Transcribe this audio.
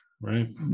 right